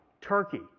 Turkey